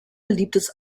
beliebtes